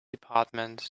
department